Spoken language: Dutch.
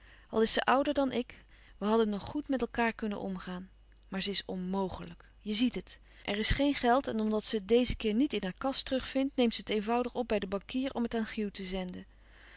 al is ze ouder dan ik we hadden nog goed met elkaâr kunnen omgaan maar ze is onmogelijk je ziet het er is geen geld en omdat ze het dezen keer niet in haar kast terugvindt neemt ze het eenvoudig op bij den bankier om het aan